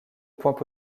points